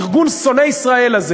שונאת ישראל,